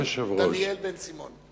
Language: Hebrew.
דניאל בן-סימון.